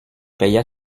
paya